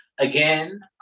Again